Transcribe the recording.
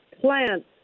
plants